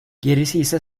gerisiyse